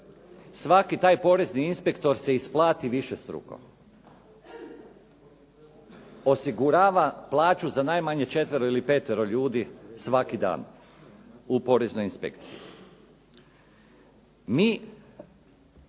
Svaki taj porezni inspektor se isplati višestruko. Osigurava plaću za najmanje četvero ili petero ljudi svaki dan u poreznoj inspekciji.